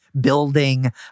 building